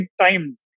times